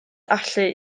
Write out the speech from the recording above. allu